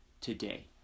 today